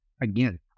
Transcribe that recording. again